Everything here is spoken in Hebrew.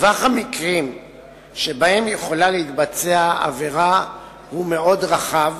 טווח המקרים שבו יכולה להתבצע עבירה מאוד רחב